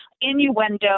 innuendo